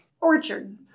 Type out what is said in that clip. Orchard